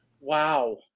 Wow